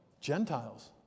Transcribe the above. gentiles